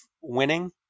winning